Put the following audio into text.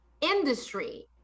industry